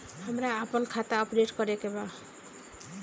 हमरा आपन खाता अपडेट करे के बा